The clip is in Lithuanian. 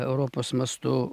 europos mastu